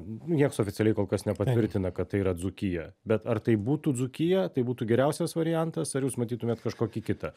nieks oficialiai kol kas nepatvirtina kad tai yra dzūkija bet ar tai būtų dzūkija tai būtų geriausias variantas ar jūs matytumėt kažkokį kitą